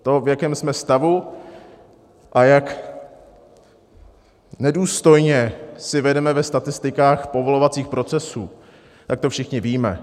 To, v jakém jsme stavu a jak nedůstojně si vedeme ve statistikách povolovacích procesů, to všichni víme.